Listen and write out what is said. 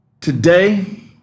Today